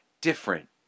different